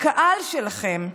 הקהל שלכם,